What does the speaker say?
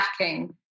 lacking